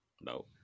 no